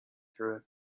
through